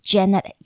Janet